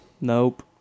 nope